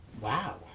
Wow